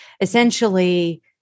essentially